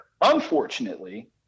Unfortunately